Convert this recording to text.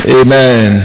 amen